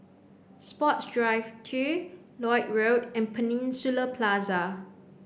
Sports Drive two Lloyd Road and Peninsula Plaza